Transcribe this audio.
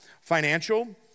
Financial